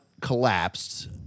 collapsed